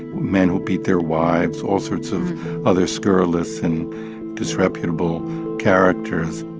men who beat their wives all sorts of other scurrilous and disreputable characters